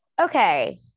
Okay